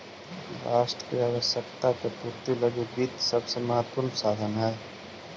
राष्ट्र के आवश्यकता के पूर्ति लगी वित्त सबसे महत्वपूर्ण साधन हइ